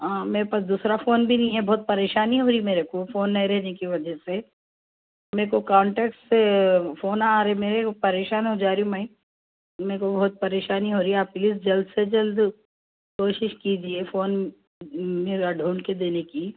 ہاں میرے پاس دوسرا فون بھی نہیں ہے بہت پریشانی ہو رہی ہے میرے کو فون نہیں رہنے کی وجہ سے میرے کو کانٹیکٹ سے فون آ رہے ہیں میرے پریشان ہو جا رہی میں میرے کو بہت پریشانی ہو رہی ہے آپ پلیز جلد سے جلد کوشش کیجیے فون میرا ڈھونڈھ کے دینے کی